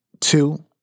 Two